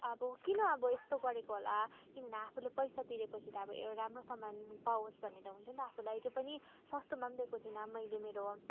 अब किन अब यस्तो गरेको होला किनभने आफुँले पैसा तिरेपछि त एउटा राम्रो सामान पाओस् भन्ने त हुन्छ नि त आफुँलाई त्यो पनि सस्तोमा पनि दिएको थिएन मैले मेरो